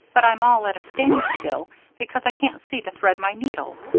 but i'm all at a standstill because i can't see to thread my needle.